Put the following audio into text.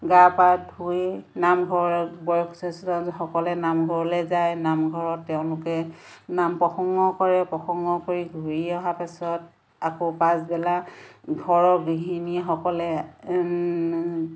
গা পা ধুই নামঘৰ বয়স্থসকলে নামঘৰলৈ যায় নাম ঘৰত তেওঁলোকে নাম প্ৰসংগ কৰে প্ৰসংগ কৰি ঘূৰি অহাৰ পাছত আকৌ পাছবেলা ঘৰৰ গৃহিণীসকলে